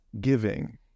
giving